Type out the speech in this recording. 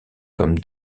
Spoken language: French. comme